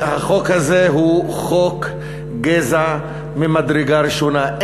החוק הזה הוא חוק גזע ממדרגה ראשונה.